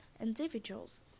individuals